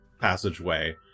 passageway